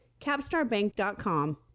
capstarbank.com